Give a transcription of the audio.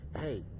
hey